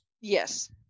yes